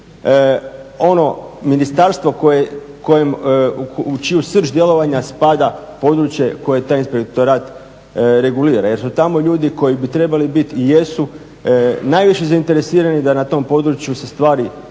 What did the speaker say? ono ministarstvo u čiju srž djelovanja spada područje koje taj inspektorat regulira jer su tamo ljudi koji bi trebali biti i jesu najviše zainteresirani da na tom području se stvari